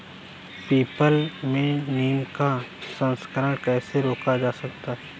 People में नीम का संकरण कैसे रोका जा सकता है?